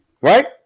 Right